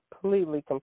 completely